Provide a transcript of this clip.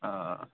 ہاں